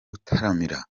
gutaramira